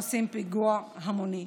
עושים "פיגוע המוני".